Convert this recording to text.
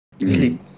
Sleep